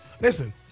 listen